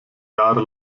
jahre